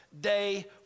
day